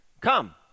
Come